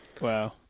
wow